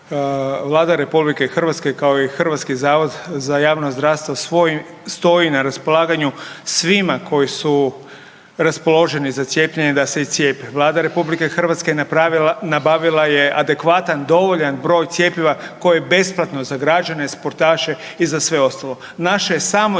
(HDZ)** Vlada RH kao i HZJZ stoji na raspolaganju svima koji su raspoloženi za cijepljenje da se i cijepe. Vlada RH je nabavila je adekvatan dovoljan broj cjepiva koje je besplatno za građane, sportaše i za sve ostale,